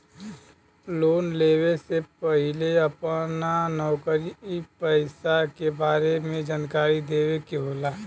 Loan लेवे से पहिले अपना नौकरी पेसा के बारे मे जानकारी देवे के होला?